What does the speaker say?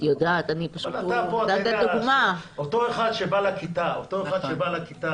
אני יודעת --- אותו אחד שבא לכיתה וכל